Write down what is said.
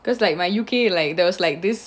because like my U_K like there's like this